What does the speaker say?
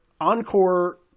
Encore